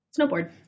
Snowboard